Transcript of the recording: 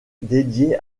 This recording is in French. dédiée